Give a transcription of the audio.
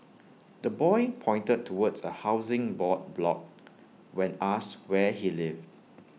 the boy pointed towards A Housing Board block when asked where he lived